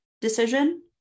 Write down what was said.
decision